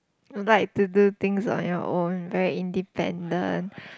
like to do things on your own very independent